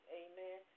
amen